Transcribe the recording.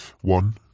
One